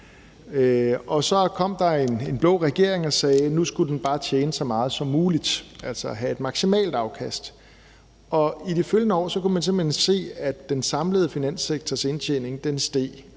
Så kom der en blå regering og sagde, at nu skulle den bare tjene så meget som muligt, altså have et maksimalt afkast. Og i de følgende år kunne man simpelt hen se, at den samlede finanssektors indtjening steg,